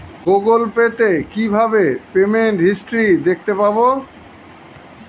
Google Pay তে কিভাবে payment history দেখতে পারবো?